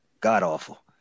god-awful